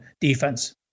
defense